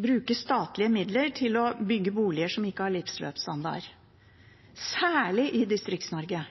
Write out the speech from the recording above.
bruke statlige midler til å bygge boliger som ikke har livsløpsstandard, særlig i